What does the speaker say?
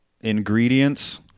ingredients